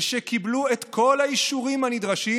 שקיבלו את כל האישורים הנדרשים,